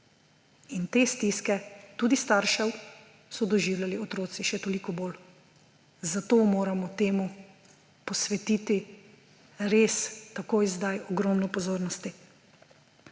In te stiske tudi staršev so doživljali otroci še toliko bolj. Zato moramo temu posvetiti res takoj, zdaj ogromno pozornosti.